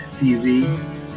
TV